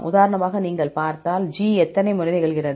உதாரணமாக நீங்கள் பார்த்தால் G எத்தனை முறை நிகழ்கிறது